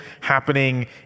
happening